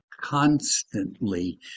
constantly